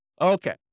Okay